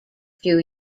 few